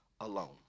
alone